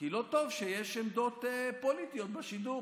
כי לא טוב שיש עמדות פוליטיות בשידור.